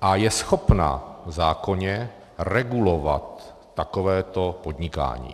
a je schopna zákonně regulovat takovéto podnikání.